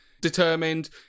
determined